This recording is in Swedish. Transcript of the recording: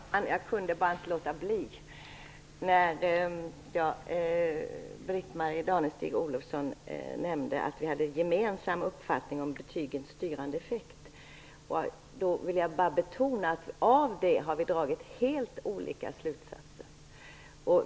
Herr talman! Jag kunde bara inte låta bli att begära replik när Britt-Marie Danestig-Olofsson nämnde att vi hade gemensam uppfattning om betygens styrande effekt. Då vill jag bara betona att vi har dragit helt olika slutsatser.